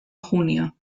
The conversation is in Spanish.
junio